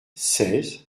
seize